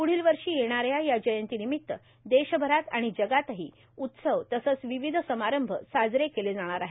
प्ढील वर्षी येणाऱ्या या जयंतीनिमित्त देशभरात आणि जगातही उत्सव तसंच विविध समारंभ साजरे केले जाणार आहेत